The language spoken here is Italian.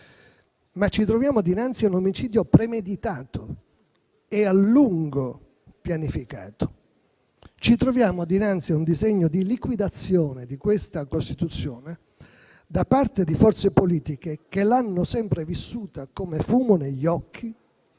riforma, ma a un omicidio premeditato e a lungo pianificato. Ci troviamo dinanzi a un disegno di liquidazione di questa Costituzione da parte di forze politiche che l'hanno sempre vissuta come fumo negli occhi,